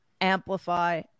amplify